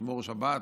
לשמור שבת,